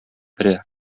өрә